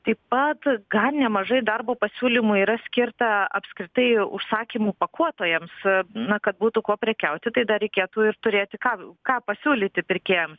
taip pat gan nemažai darbo pasiūlymų yra skirta apskritai užsakymų pakuotojams na kad būtų kuo prekiauti tai dar reikėtų ir turėti ką ką pasiūlyti pirkėjam